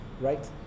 right